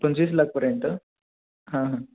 पंचवीस लाखपर्यंत हां हां